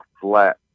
flat